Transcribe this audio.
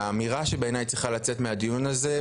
האמירה שבעיניי צריכה לצאת מהדיון הזה,